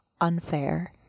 unfair